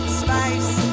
spice